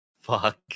Fuck